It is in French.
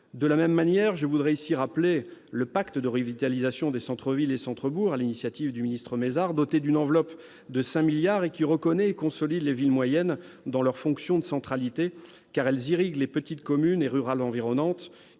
De la même manière, je voudrais ici rappeler le pacte national de revitalisation des centres-villes et centres-bourgs, lancé sur l'initiative du ministre Mézard, doté d'une enveloppe de 5 milliards d'euros, qui reconnaît et consolide les villes moyennes dans leurs fonctions de centralité, car elles irriguent les communes petites et rurales environnantes,